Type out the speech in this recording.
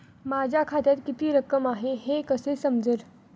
माझ्या खात्यात किती रक्कम आहे हे कसे समजेल?